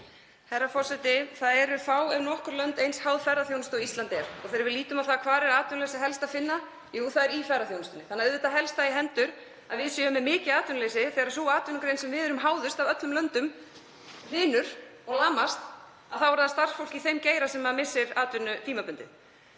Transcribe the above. Herra forseti. Fá ef nokkur lönd eru eins háð ferðaþjónustu og Ísland og hvar er atvinnuleysi helst að finna? Jú, það er í ferðaþjónustunni þannig að auðvitað helst það í hendur að við séum með mikið atvinnuleysi þegar sú atvinnugrein sem við erum háðust af öllum löndum hrynur og lamast. Þá er það starfsfólkið í þeim geira sem missir atvinnu tímabundið.